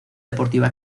deportiva